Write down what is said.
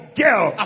girl